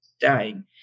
dying